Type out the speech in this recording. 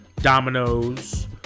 dominoes